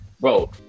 Bro